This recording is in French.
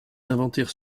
inventaires